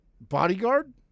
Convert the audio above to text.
bodyguard